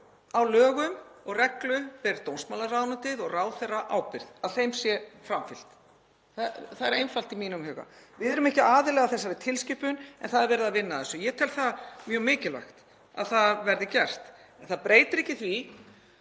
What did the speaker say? Á lögum og reglum ber dómsmálaráðuneytið og ráðherra ábyrgð, að þeim sé framfylgt. Það er einfalt í mínum huga. Við erum ekki aðili að þessari tilskipun en það er verið að vinna að þessu. Ég tel mjög mikilvægt að það verði gert. En það breytir ekki því